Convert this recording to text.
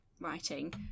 writing